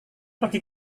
pergi